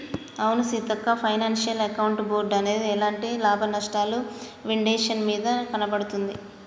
అవును Seethakka financial account board అనేది ఎలాంటి లాభనష్టాలు విండేషన్ మీద నడపబడుతుంది